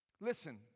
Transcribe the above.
Listen